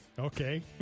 Okay